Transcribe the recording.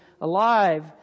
alive